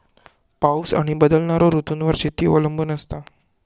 पाऊस आणि बदलणारो ऋतूंवर शेती अवलंबून असता